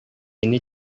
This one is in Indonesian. ini